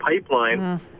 pipeline